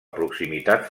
proximitat